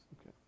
Okay